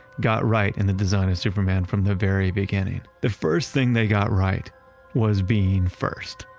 got right in the design of superman from the very beginning. the first thing they got right was being first.